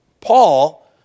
Paul